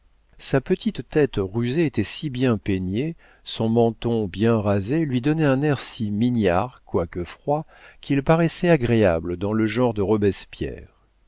sa petite tête rusée était si bien peignée son menton bien rasé lui donnait un air si mignard quoique froid qu'il paraissait agréable dans le genre de robespierre